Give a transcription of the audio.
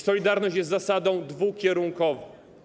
Solidarność jest zasadą dwukierunkową.